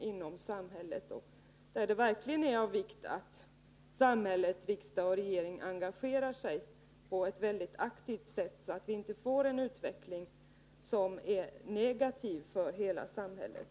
Då är det verkligen av vikt att samhället, riksdag och regering, engagerar sig på ett aktivt sätt, så att vi inte får en utveckling som är negativ för hela samhället.